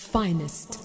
finest